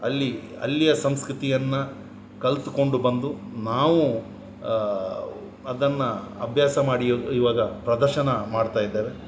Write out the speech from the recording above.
ಅಲ್ಲಿ ಅಲ್ಲಿಯ ಸಂಸ್ಕೃತಿಯನ್ನು ಕಲಿತ್ಕೊಂಡು ಬಂದು ನಾವು ಅದನ್ನು ಅಭ್ಯಾಸ ಮಾಡಿ ಇವು ಇವಾಗ ಪ್ರದರ್ಶನ ಮಾಡ್ತಾಯಿದ್ದೇವೆ